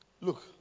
Look